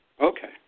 Okay